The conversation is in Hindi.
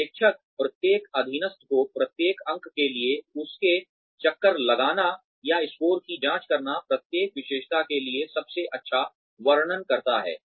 पर्यवेक्षक प्रत्येक अधीनस्थ को प्रत्येक अंक के लिए उसके चक्कर लगाना या स्कोर की जाँच करना प्रत्येक विशेषता के लिए सबसे अच्छा वर्णन करता है